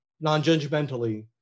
non-judgmentally